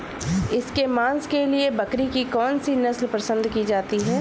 इसके मांस के लिए बकरी की कौन सी नस्ल पसंद की जाती है?